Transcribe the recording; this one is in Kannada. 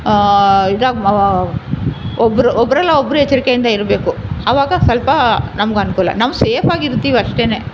ಇದಾಗಿ ಮಾ ಒಬ್ಬರು ಒಬ್ಬರಲ್ಲ ಒಬ್ಬರು ಎಚ್ಚರಿಕೆಯಿಂದ ಇರಬೇಕು ಅವಾಗ ಸ್ವಲ್ಪ ನಮ್ಗೆ ಅನುಕೂಲ ನಮ್ಮ ಸೇಫಾಗಿರ್ತೀವಿ ಅಷ್ಟೆನೆ